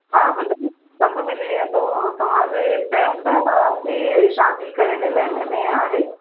हा ॿुधायो सभु मिली वेंदो ऐं तव्हांजे पहिरों ॿुधायो तव्हांजी शादी कहिड़े महीने में आहे